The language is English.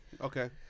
Okay